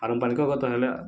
ପାରମ୍ପାରିକ ଗତ ହେଲେ